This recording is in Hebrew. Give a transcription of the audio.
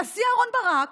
הנשיא אהרן ברק